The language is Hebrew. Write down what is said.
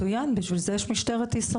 מצוין, בשביל זה יש את משטרת ישראל.